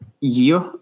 year